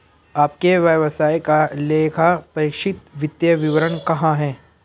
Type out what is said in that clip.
आपके व्यवसाय का लेखापरीक्षित वित्तीय विवरण कहाँ है?